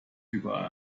über